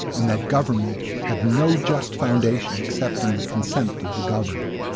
and that government had no just foundation except in the consent of the governed,